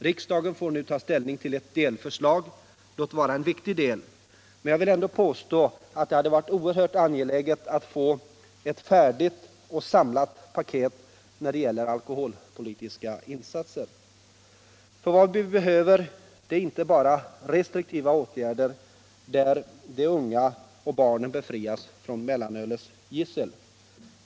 Riksdagen får nu ta ställning till ett delförslag — låt vara en viktig del, men jag vill ändå påstå att det hade varit oerhört angeläget att få ett färdigt och samlat paket när det gäller alkoholpolitiska insatser. För vad vi behöver är inte bara restriktiva åtgärder, genom vilka de unga och barnen befrias från mellanölets gissel.